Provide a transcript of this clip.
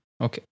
Okay